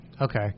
Okay